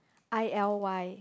i_l_y